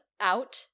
out